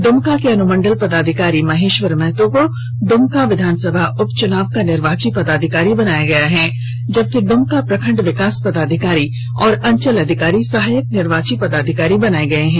दुमका के अनुमंडल पदाधिकारी महेश्वर महतो को दुमका विधानसभा उपचुनाव का निर्वाची पदाधिकारी बनाया गया है जबकि दुमका प्रखंड विकास पदाधिकारी और अंचल अधिकारी सहायक निर्वाची पदाधिकारी बनाये गये हैं